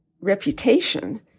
reputation